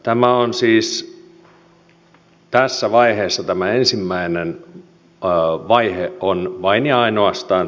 tämä on siis tässä vaiheessa tämä ensimmäinen vaihe vain ja ainoastaan